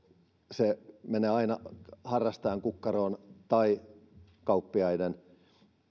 se menee aina harrastajan tai kauppiaiden